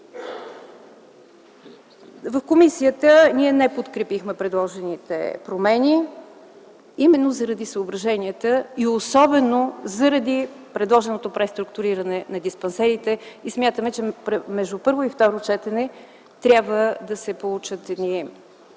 В комисията ние не подкрепихме предложените промени именно заради съображенията и особено заради предложеното преструктуриране на диспансерите. Смятаме, че между първо и второ четене трябва да се получат